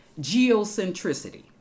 geocentricity